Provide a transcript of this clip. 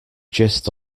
gist